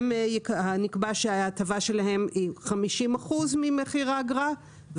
נקבע שההטבה שלהם היא 50% ממחיר האגרה,